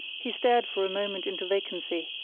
he stared for a moment into vacancy,